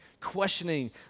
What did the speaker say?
Questioning